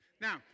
Now